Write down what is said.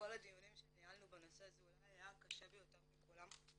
שמכל הדיונים שניהלנו בנושא זה אולי היה הקשה ביותר מכולם.